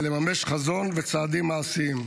זה לממש חזון בצעדים מעשיים.